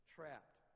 Trapped